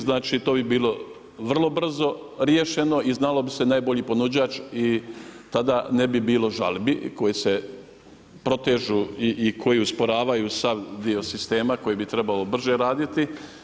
Znači, to bi bilo vrlo brzo riješeno i znalo bi se najbolji ponuđač i tada ne bi bilo žalbi koje se protežu i koje usporavaju sav dio sistema koji bi trebao brže raditi.